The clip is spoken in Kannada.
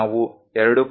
ನಾವು 2